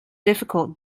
difficult